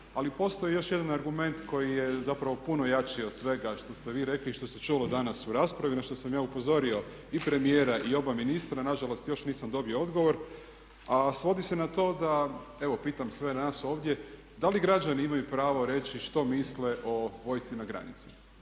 ali postoji još jedan argument koji je zapravo puno jači od svega što ste vi rekli i što se čulo danas u raspravi na što sam ja upozorio i premijera i oba ministra, nažalost još nisam dobio odgovor, a svodi se na to da evo pitam sve nas ovdje da li građani imaju pravo reći što misle o vojsci na granici?